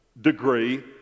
degree